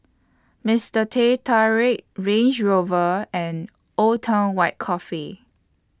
Mister Teh Tarik Range Rover and Old Town White Coffee